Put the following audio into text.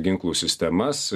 ginklų sistemas